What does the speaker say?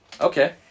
Okay